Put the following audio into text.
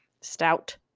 Stout